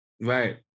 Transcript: right